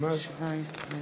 ריקה באזור